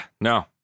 No